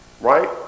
Right